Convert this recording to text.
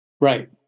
Right